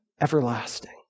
everlasting